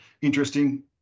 interesting